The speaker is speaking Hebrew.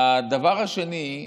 הדבר השני,